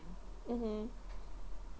mmhmm